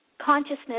consciousness